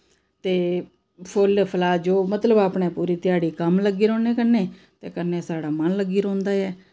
ते फुल्ल फलार जो मतलब अपनै पूरी ध्याड़ी कम्म लग्गे रौह्न्ने कन्नै ते कन्नै साढ़ा मन लग्गी रौंह्दा ऐ